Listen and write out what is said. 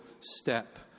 step